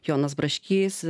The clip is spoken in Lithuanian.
jonas braškys